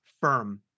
firm